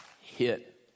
hit